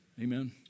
Amen